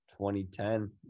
2010